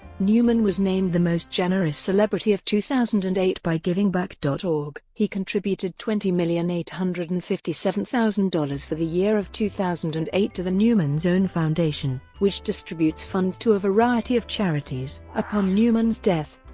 newman was named the most generous celebrity of two thousand and eight by givingback org. he contributed twenty million eight hundred and fifty seven thousand dollars for the year of two thousand and eight to the newman's own foundation, which distributes funds to a variety of charities. upon newman's death,